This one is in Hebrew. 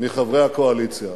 מחברי הקואליציה: